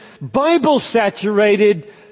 Bible-saturated